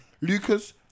Lucas